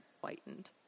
whitened